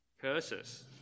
curses